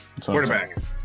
Quarterbacks